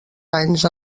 anys